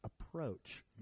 approach